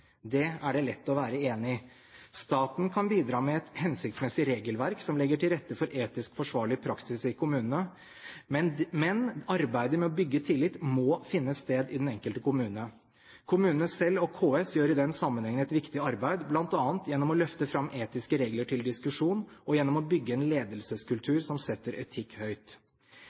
Det er det lett å være enig i. Staten kan bidra med et hensiktsmessig regelverk som legger til rette for etisk forsvarlig praksis i kommunene, men arbeidet med å bygge tillit må finne sted i den enkelte kommune. Kommunene selv og KS gjør i den sammenheng et viktig arbeid, bl.a. gjennom å løfte fram etiske regler til diskusjon og gjennom å bygge en ledelseskultur som setter etikk høyt.